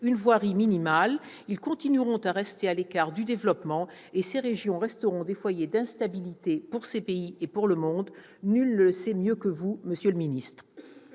une voirie minimale, ils continueront à rester à l'écart du développement, et ces régions resteront des foyers d'instabilité pour leurs pays et pour le monde. Vous le savez mieux que quiconque, monsieur le ministre.